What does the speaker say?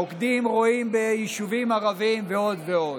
מוקדים רואים ביישובים ערביים ועוד ועוד.